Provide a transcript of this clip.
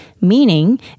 meaning